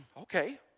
Okay